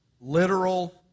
literal